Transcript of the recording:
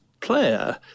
player